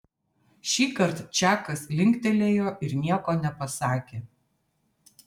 šįkart čakas linktelėjo ir nieko nepasakė